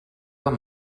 amb